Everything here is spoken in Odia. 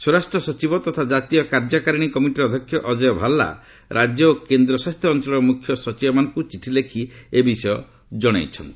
ସ୍ୱରାଷ୍ଟ୍ର ସଚିବ ତଥା କାର୍ଯ୍ୟକାରିଣୀ କମିଟିର ଅଧ୍ୟକ୍ଷ ଅଜୟ ଭାଲା ରାଜ୍ୟ ଓ କେନ୍ଦ୍ରଶାସିତ ଅଞ୍ଚଳର ମୁଖ୍ୟ ସଚିବମାନଙ୍କୁ ଚିଠି ଲେଖି ଏ ବିଷୟରେ ଜଣାଇଛନ୍ତି